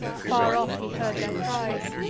far off he heard their cries,